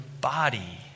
body